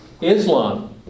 Islam